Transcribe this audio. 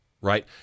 Right